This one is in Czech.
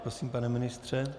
Prosím, pane ministře.